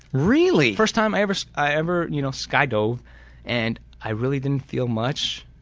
really? first time i ever i ever you know sky dove and i really didn't feel much,